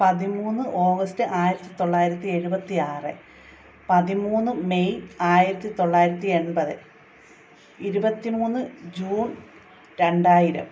പതിമൂന്ന് ഓഗസ്റ്റ് ആയിരത്തി തൊള്ളായിരത്തി എഴുപത്തി ആറ് പതിമൂന്ന് മെയ് ആയിരത്തി തൊള്ളായിരത്തി എൺപത് ഇരുപത്തി മൂന്ന് ജൂൺ രണ്ടായിരം